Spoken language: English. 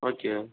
okay